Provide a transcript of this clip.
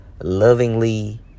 lovingly